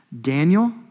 Daniel